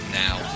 now